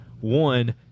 one